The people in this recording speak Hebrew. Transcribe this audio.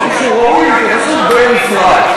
אמרתי שהוא ראוי להתייחסות בנפרד.